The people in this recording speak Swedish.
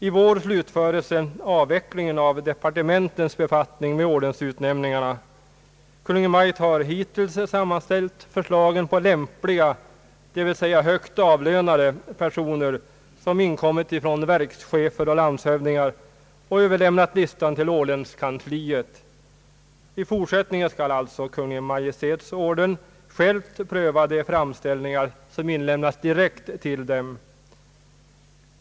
I vår slutföres avvecklingen av departementens befattning med ordensutnämningarna. Hittills har Kungl. Maj:t sammanställt förslag på lämpliga, dvs. högt avlönade, personer, vilka förordats av verkschefer och landshövdingar, och överlämnat listan till ordenskansliet. I fortsättningen skall alltså Kungl. Maj:ts Orden på egen hand pröva de framställningar som levereras direkt till denna instans.